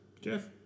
Jeff